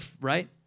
right